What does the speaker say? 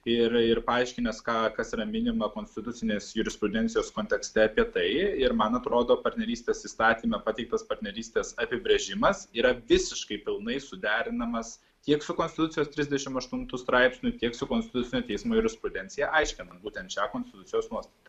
ir ir paaiškinęs ką kas yra minima konstitucinės jurisprudencijos kontekste apie tai ir man atrodo partnerystės įstatyme pateiktas partnerystės apibrėžimas yra visiškai pilnai suderinamas tiek su konstitucijos trisdešimt aštuntu straipsniu tiek su konstitucinio teismo jurisprudencija aiškinant būtent šią konstitucijos nuostatą